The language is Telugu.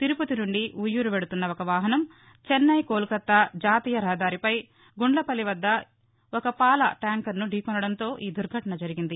తిరుపతి నుండి ఉయ్యూరు వెదుతున్న ఒక వాహనం చెన్నై కోల్కత్తా జాతీయ రహదారి పై గుండ్లపల్లి వద్ద ఒక పాల ట్యాంకర్ను ఢీ కొనడంతో ఈ దుర్ఘటన జరిగింది